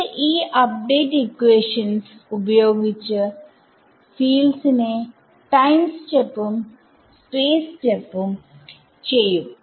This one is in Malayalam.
ഇത് ഈ അപ്ഡേറ്റ് ഇക്വേഷൻസ് ഉപയോഗിച്ചു ഫീൽഡ്സ് നെ ടൈം സ്റ്റെപ്പുംസ്പേസ് സ്റ്റെപ്പും ചെയ്യും